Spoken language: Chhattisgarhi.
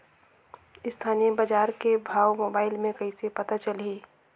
स्थानीय बजार के भाव मोबाइल मे कइसे पता चलही?